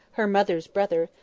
her mother's brother,